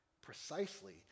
precisely